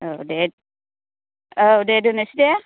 औ दे औ दे दोननोसै दे